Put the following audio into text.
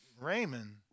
Raymond